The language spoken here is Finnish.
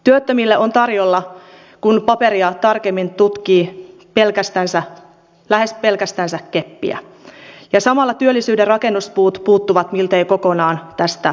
työttömille on tarjolla kun paperia tarkemmin tutkii lähes pelkästänsä keppiä ja samalla työllisyyden rakennuspuut puuttuvat miltei kokonaan tästä paketista